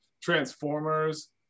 Transformers